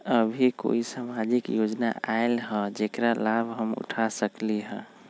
अभी कोई सामाजिक योजना आयल है जेकर लाभ हम उठा सकली ह?